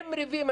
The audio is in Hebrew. עם ריבים,